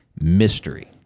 mystery